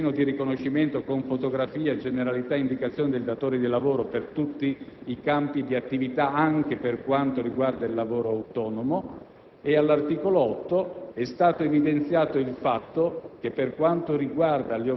l'articolo 6 si è poi esteso l'obbligo del tesserino di riconoscimento con fotografia, generalità e indicazione del datore di lavoro per tutti i campi di attività, anche per quanto riguarda il lavoro autonomo,